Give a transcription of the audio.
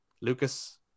Lucas